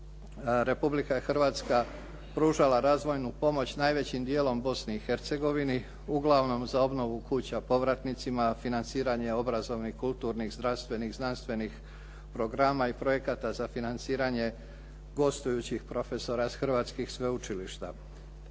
Republika Hrvatska je pružala razvojnu pomoć najvećim djelom Bosni i Hercegovini uglavnom za obnovu kuća povratnicima financiranje, obrazovnih, kulturnih, zdravstvenih, znanstvenih programa i projekata za financiranje gostujućih profesora s hrvatskih sveučilišta.